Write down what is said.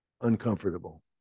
Uncomfortable